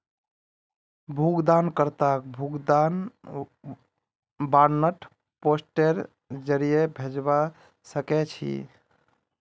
भुगतान कर्ताक भुगतान वारन्ट पोस्टेर जरीये भेजवा सके छी